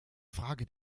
frage